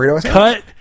cut